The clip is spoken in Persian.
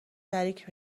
شریک